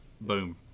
Boom